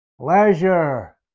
pleasure